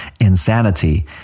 insanity